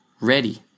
ready